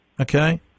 okay